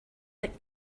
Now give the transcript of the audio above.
that